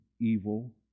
evil